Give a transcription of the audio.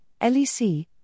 LEC